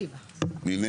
מי בעד ירים את ידו?